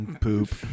Poop